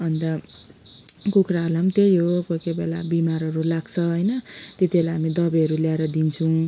अन्त कुखुराहरूलाई पनि त्यही हो कोही कोही बेला बिमारहरू लाग्छ होइन त्यतिबेला हामी दबाईहरू ल्याएर दिन्छौँ